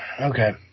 Okay